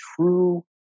true